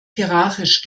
hierarchisch